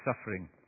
suffering